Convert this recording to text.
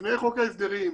לפני חוק ההסדרים,